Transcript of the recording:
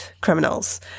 criminals